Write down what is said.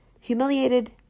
humiliated